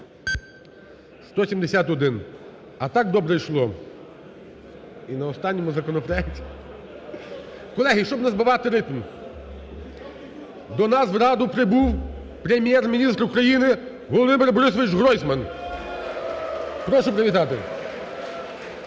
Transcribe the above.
За-171 А так добре йшло. І на останньому законопроекті… Колеги, щоб не збивати ритм, до нас в Раду прибув Прем'єр-міністр України Володимир Борисович Гройсман. Прошу привітати.